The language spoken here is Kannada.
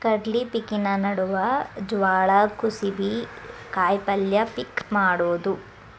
ಕಡ್ಲಿ ಪಿಕಿನ ನಡುವ ಜ್ವಾಳಾ, ಕುಸಿಬಿ, ಕಾಯಪಲ್ಯ ಪಿಕ್ ಮಾಡುದ